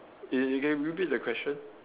you you can repeat the question